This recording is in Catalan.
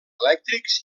elèctrics